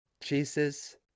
Jesus